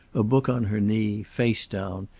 a book on her knee, face down,